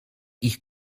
ich